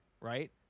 right